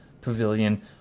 Pavilion